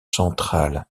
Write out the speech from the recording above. central